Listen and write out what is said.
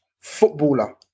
footballer